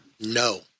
No